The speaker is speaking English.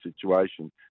situation